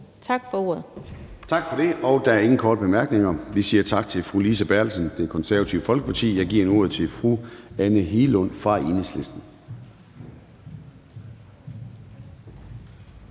(Søren Gade): Tak for det. Der er ingen korte bemærkninger. Vi siger tak til fru Lise Bertelsen, Det Konservative Folkeparti. Jeg giver nu ordet til fru Anne Hegelund fra Enhedslisten.